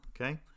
Okay